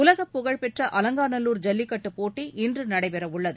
உலக புகழ்பெற்ற அலங்காநல்லூர் ஜல்லிக்கட்டு போட்டி இன்று நடைபெறவுள்ளது